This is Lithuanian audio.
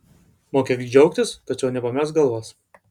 mokėk džiaugtis tačiau nepamesk galvos